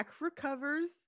recovers